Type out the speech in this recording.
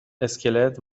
اسکلت